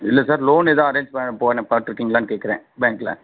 இல்லை sir loan ஏதும் arrange பா போனேன் பார்த்துருக்கீங்களான்னு கேட்குறேன் பேங்கில்